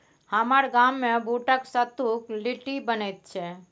हमर गाममे बूटक सत्तुक लिट्टी बनैत छै